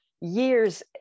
years